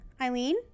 Eileen